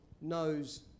knows